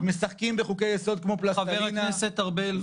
שר או סגן שר אחד מכל סיעה.